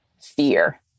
fear